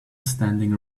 standing